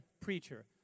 preacher